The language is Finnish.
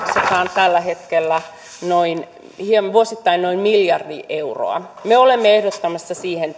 tällä hetkellä vuosittain noin miljardi euroa me olemme ehdottamassa siihen